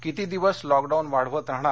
किती दिवस लॉकडाऊन वाढवत राहणार